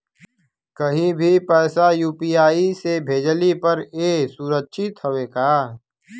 कहि भी पैसा यू.पी.आई से भेजली पर ए सुरक्षित हवे का?